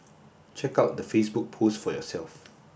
check out the Facebook post for yourself